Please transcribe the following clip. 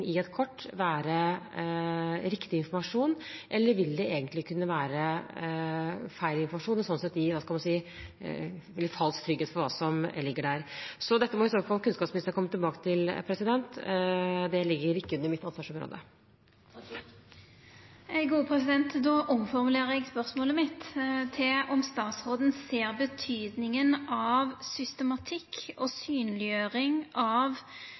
i et kort være riktig informasjon, eller vil det egentlig kunne være feil informasjon og sånn sett gi falsk trygghet for hva som ligger der? Dette må i tilfelle kunnskapsministeren komme tilbake til. Det ligger ikke under mitt ansvarsområde. Då omformulerer eg spørsmålet mitt: Ser statsråden betydinga av systematikk og synleggjering av